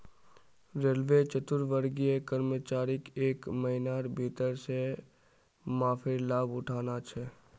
railway चतुर्थवर्गीय कर्मचारीक एक महिनार भीतर कर माफीर लाभ उठाना छ